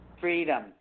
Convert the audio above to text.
Freedom